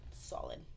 solid